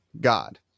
God